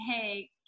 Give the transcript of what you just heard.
Hey